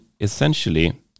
essentially